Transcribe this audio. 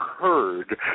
heard